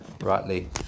rightly